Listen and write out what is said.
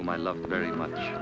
my love very much